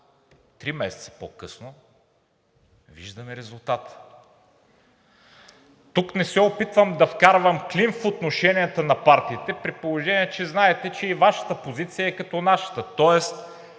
Три месеца по-късно виждаме резултата. Тук не се опитвам да вкарвам клин в отношенията на партиите, при положение че знаете, че и Вашата позиция е като нашата,